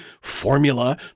formula